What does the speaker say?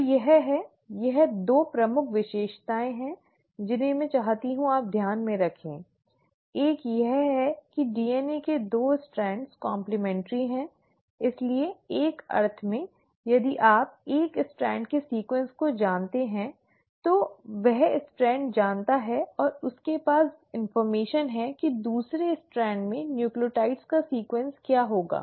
तो यह है ये 2 प्रमुख विशेषताएं हैं जिन्हें मैं चाहती हूं आप ध्यान में रखें एक यह है कि डीएनए के 2 स्ट्रैंड कॉम्प्लिमे᠎̮न्ट्रि हैं इसलिए एक अर्थ में यदि आप एक स्ट्रैंड के अनुक्रम को जानते हैं तो वह एक स्ट्रैंड जानता है और उसके पास जानकारी है की दूसरे स्ट्रैंड में न्यूक्लियोटाइड का क्रम क्या होगा